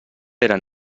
eren